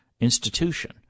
institution